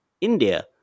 India